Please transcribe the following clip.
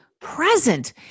present